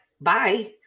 bye